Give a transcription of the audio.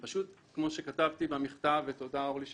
כמו שכתבתי במכתב, ותודה לחברת הכנסת לוי שציטטה,